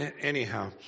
Anyhow